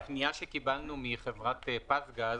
פניה שקיבלנו מחברת פזגז,